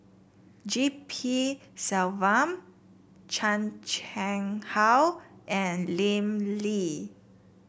G P Selvam Chan Chang How and Lim Lee